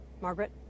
Margaret